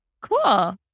Cool